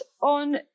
on